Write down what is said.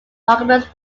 documents